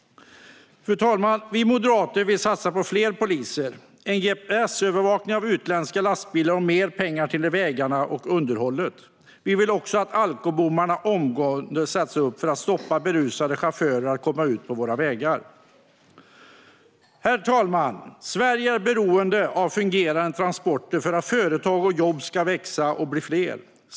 Fru talman! Vi moderater vill satsa på fler poliser, och en gps-övervakning av utländska lastbilar och satsa mer pengar till vägarna och underhållet. Vi vill också att alkobommarna omgående sätts upp för att stoppa berusade chaufförer från att komma ut på våra vägar. Fru talman! Sverige är beroende av fungerande transporter för att företag och jobb ska växa och bli fler.